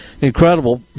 incredible